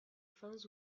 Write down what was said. fins